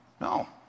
No